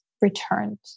returned